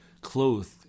clothed